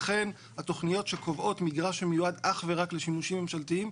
אכן התוכניות שקובעות מגרש שמיועד אך ורק לשימושים ממשלתיים,